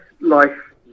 life